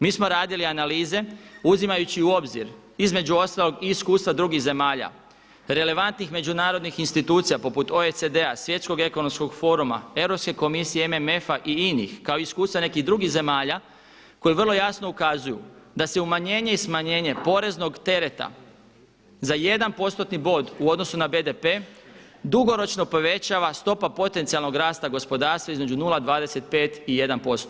Mi smo radili analize uzimajući u obzir između ostalog i iskustva drugih zemalja relevantnih međunarodnih institucija poput OECD-a, Svjetskog ekonomskog foruma, Europske komisije, MMF-a i inih kao i iskustva nekih drugih zemalja koji vrlo jasno ukazuju da se umanjenje i smanjenje poreznog tereta za 1%-tni bod u odnosu na BDP dugoročno povećava stopa potencijalnog rasta gospodarstva između 0,25 i 1%